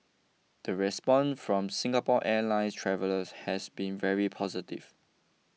the response from Singapore Airlines travellers has been very positive